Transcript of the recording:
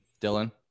Dylan